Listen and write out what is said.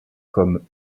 comme